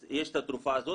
אז יש את התרופה הזאת,